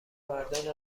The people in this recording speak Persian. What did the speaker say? مردان